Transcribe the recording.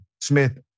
Smith